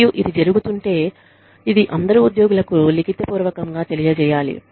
మరియు ఇది జరుగుతుంటే ఇది అందరు ఉద్యోగులకు లిఖితపూర్వకంగా తెలియజేయాలి